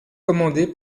commandé